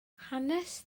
hanes